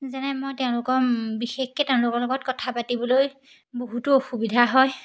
যেনে মই তেওঁলোকৰ বিশেষকৈ তেওঁলোকৰ লগত কথা পাতিবলৈ বহুতো অসুবিধা হয়